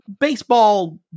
baseball